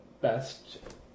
best